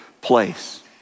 place